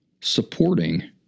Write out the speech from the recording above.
supporting